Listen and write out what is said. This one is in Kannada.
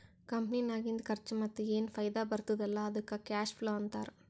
ಕಂಪನಿನಾಗಿಂದ್ ಖರ್ಚಾ ಮತ್ತ ಏನ್ ಫೈದಾ ಬರ್ತುದ್ ಅಲ್ಲಾ ಅದ್ದುಕ್ ಕ್ಯಾಶ್ ಫ್ಲೋ ಅಂತಾರ್